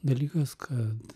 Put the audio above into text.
dalykas kad